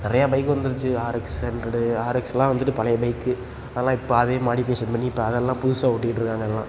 நிறையா பைக் வந்துருச்சு RX hundred ஆர்எக்ஸ்லாம் வந்துட்டு பழைய பைக்கு அதெலாம் இப்போ அதே மாடிஃபிகேஷன் பண்ணி இப்போ அதெல்லாம் புதுசாக ஓட்டிகிட்ருக்காங்க எல்லாம்